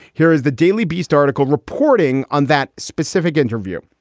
here is the daily beast article reporting on that specific interview.